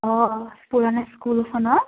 অঁ অঁ পুৰণা স্কুলখনৰ